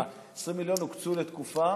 אם 20 מיליון הוקצו לתקופה,